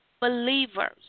Believers